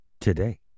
today